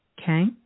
okay